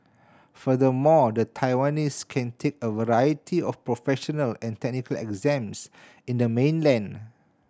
furthermore the Taiwanese can take a variety of professional and technical exams in the mainland